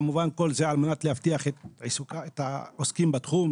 וכמובן כל זה על מנת להבטיח את העוסקים בתחום,